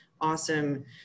awesome